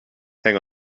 hang